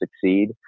succeed